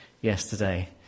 yesterday